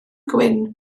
gwyn